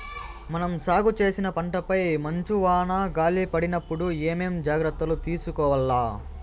మనం సాగు చేసిన పంటపై మంచు, వాన, గాలి పడినప్పుడు ఏమేం జాగ్రత్తలు తీసుకోవల్ల?